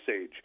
Age